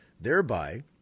thereby